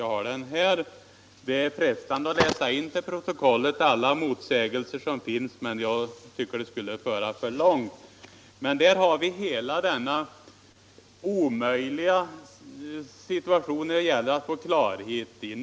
Jag har den här, och det är frestande att till protokollet läsa in alla motsägelser som finns. Men jag tycker att det skulle föra väl långt. Rapporten visar att det är en nära nog omöjlig uppgift att få någon klarhet i frågan.